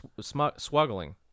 swuggling